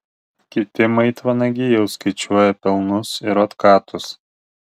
kiti maitvanagiai jau skaičiuoja pelnus ir otkatus